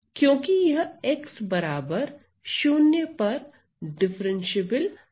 है क्योंकि यह x बराबर 0 पर डिफरेंशिएबल नहीं है